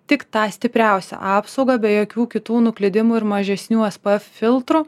tik tą stipriausią apsaugą be jokių kitų nuklydimų ir mažesnių es p ef filtrų